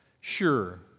sure